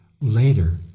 later